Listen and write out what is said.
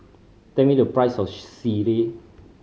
tell me the price of sireh